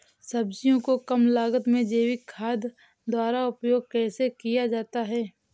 सब्जियों को कम लागत में जैविक खाद द्वारा उपयोग कैसे किया जाता है?